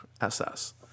ss